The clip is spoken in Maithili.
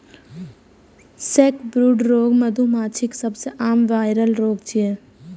सैकब्रूड रोग मधुमाछीक सबसं आम वायरल रोग छियै